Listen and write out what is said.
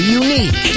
unique